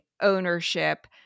ownership